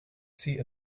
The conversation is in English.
see